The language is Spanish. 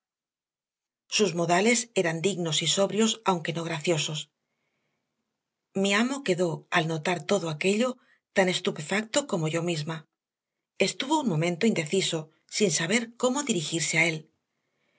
sus modales eran dignos y sobrios aunque no graciosos mi amo quedó al notar todo aquello tan estupefacto como yo misma estuvo un momento indeciso sin saber cómo dirigirse a él